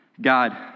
God